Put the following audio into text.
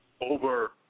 over